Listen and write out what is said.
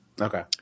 Okay